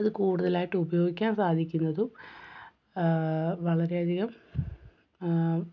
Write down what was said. ഇത് കൂടുതലായിട്ട് ഉപയോഗിക്കാൻ സാധിക്കുന്നതും വളരെയധികം